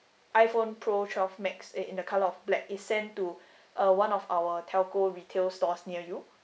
iPhone pro twelve max it in the colour of black is sent to uh one of our telco retail stores near you